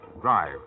drive